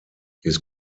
his